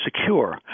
secure